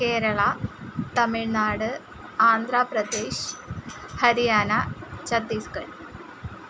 Kerala Tamil Nadu Andhra Pradesh Haryana Chhattisgarh